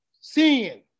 sin